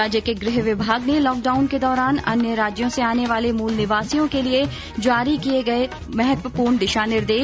राज्य के गृह विभाग ने लॉकडाउन के दौरान अन्य राज्यों से आने वाले मूल निवासियों के लिए जारी किए महत्वपूर्ण दिशा निर्देश